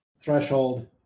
threshold